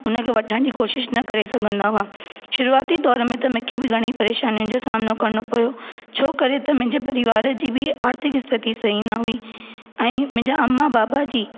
हुनखे वठण जी कोशिश न करे सघंदा हुआ शुरूआती दौर में त मूंखे बि घणी परेशानियुनि जो सामिनो करिणो पियो छो करे त मुंहिंजे परिवार जी बि आर्थिक स्थिती सही न हुई ऐं मुंहिंजा अम्मा बाबा जी